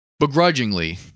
begrudgingly